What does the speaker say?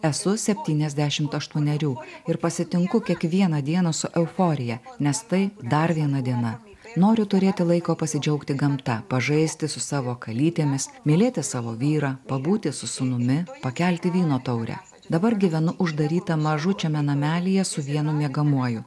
esu septyniasdešimt aštuonerių ir pasitinku kiekvieną dieną su euforija nes tai dar viena diena noriu turėti laiko pasidžiaugti gamta pažaisti su savo kalytėmis mylėti savo vyrą pabūti su sūnumi pakelti vyno taurę dabar gyvenu uždarytą mažučiame namelyje su vienu miegamuoju